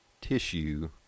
tissue